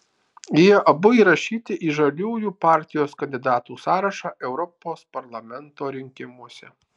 jie abu įrašyti į žaliųjų partijos kandidatų sąrašą europos parlamento rinkimuose